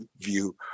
view